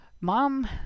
mom